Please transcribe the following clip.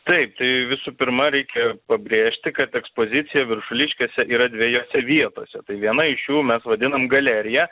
taip tai visų pirma reikia pabrėžti kad ekspozicija viršuliškėse yra dviejose vietose tai viena iš šių mes vadinam galerija